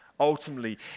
Ultimately